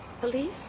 Police